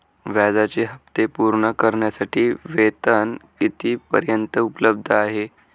व्याजाचे हप्ते पूर्ण करण्यासाठी वेतन किती पर्यंत उपलब्ध आहे?